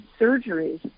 surgeries